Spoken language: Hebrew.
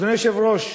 אדוני היושב-ראש,